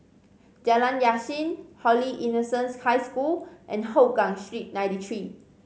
Jalan Yasin Holy Innocents' High School and Hougang Street Ninety Three